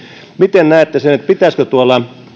miten näette sen pitäisikö tuolla